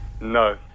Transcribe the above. No